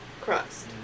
crust